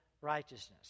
righteousness